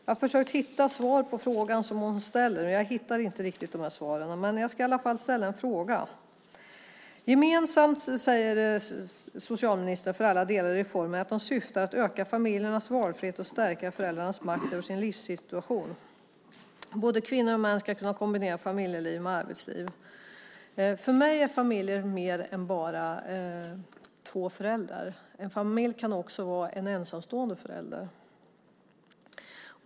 Jag har försökt hitta svar på den fråga hon ställer, men jag hittar inte riktigt svaret. Jag ska dock ställa en fråga. Gemensamt, säger socialministern, för alla delar i reformen är att de syftar till att öka familjernas valfrihet och stärka föräldrarnas makt över sin livssituation. Både kvinnor och män ska kunna kombinera familjeliv med arbetsliv. För mig finns det fler familjer än den med två föräldrar. En familj kan också bestå av en ensamstående förälder.